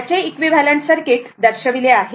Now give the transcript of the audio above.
याचे equivalent circuit दर्शविले आहे